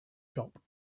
shop